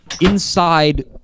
inside